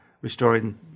restoring